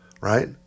right